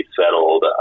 settled